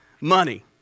Money